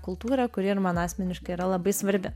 kultūrą kuri ir man asmeniškai yra labai svarbi